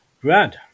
Brad